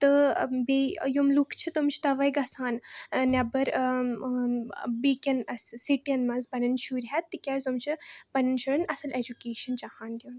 تہٕ بیٚیہِ یِم لوکھ چھِ تِم چھِ تَوَے گژھان نیٚبَر بیٚیَن سِٹِیَن منٛز پنٕنۍ شُرۍ ہیٚتھ تِکیازِ تِم چھِ پَننیٚن شُریٚن اصٕل ایٚجوکیشَن چاہان دِیُن